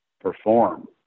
perform